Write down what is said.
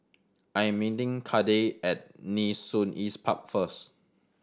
I am meeting Cade at Nee Soon East Park first